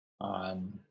on